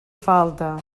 falta